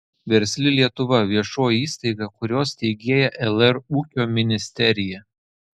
versli lietuva viešoji įstaiga kurios steigėja lr ūkio ministerija